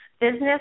business